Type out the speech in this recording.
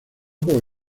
con